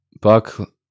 Buck